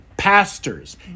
pastors